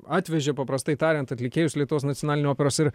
atvežė paprastai tariant atlikėjus lietuvos nacionalinio operos ir